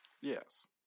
Yes